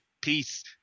Peace